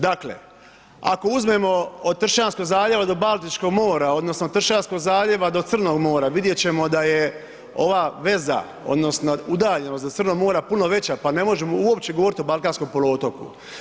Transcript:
Dakle, ako uzmemo od Tršćanskog zaljeva do Baltičkog mora odnosno Tršćanskog zaljeva do Crnog mora vidjet ćemo da je ova veza odnosno udaljenost do Crnog mora puno veća pa ne možemo uopće govoriti o balkanskom poluotoku.